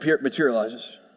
materializes